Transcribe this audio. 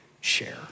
share